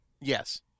Yes